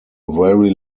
very